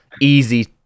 easy